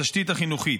התשתית החינוכית.